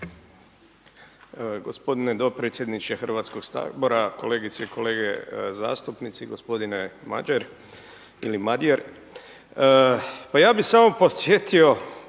Gospodine dopredsjedniče Hrvatskog sabora, kolegice i kolege zastupnici, gospodine Mađer ili Madjer. Pa ja bih samo podsjetio,